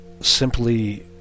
simply